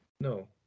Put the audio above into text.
No